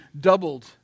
doubled